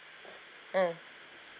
mm